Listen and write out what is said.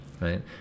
right